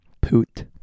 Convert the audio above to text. Poot